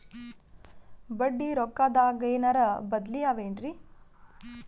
ಬಡ್ಡಿ ರೊಕ್ಕದಾಗೇನರ ಬದ್ಲೀ ಅವೇನ್ರಿ?